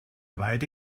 weide